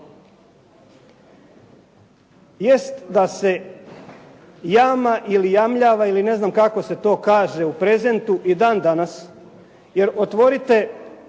je. Jest da se jama ili jamljava ili ne znam kako se to kaže u prezentu i dan danas, jer otvorite